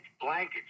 blankets